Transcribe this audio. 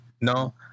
No